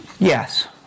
Yes